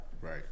Right